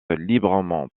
librement